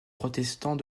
protestants